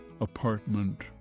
apartment